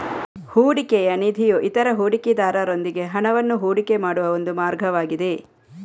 ಹೂಡಿಕೆಯ ನಿಧಿಯು ಇತರ ಹೂಡಿಕೆದಾರರೊಂದಿಗೆ ಹಣವನ್ನು ಹೂಡಿಕೆ ಮಾಡುವ ಒಂದು ಮಾರ್ಗವಾಗಿದೆ